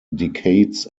decades